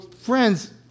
Friends